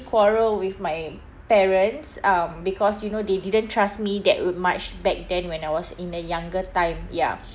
quarrel with my parents um because you know they didn't trust me that m~ much back then when I was in the younger time ya